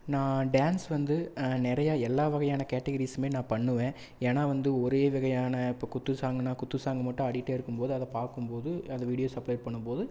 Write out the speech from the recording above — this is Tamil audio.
நான் டான்ஸ் வந்து நிறையா எல்லா வகையான கேட்டகிரீஸுமே நான் பண்ணுவேன் ஏன்னா வந்து ஒரே வகையான இப்போ குத்து சாங்னால் குத்து சாங் மட்டும் ஆடிகிட்டே இருக்கும்போது அதை பார்க்கும்போது அதை வீடியோஸ் அப்லோட் பண்ணும்போது